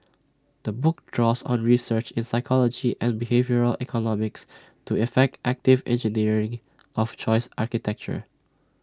the book draws on research in psychology and behavioural economics to effect active engineering of choice architecture